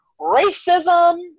racism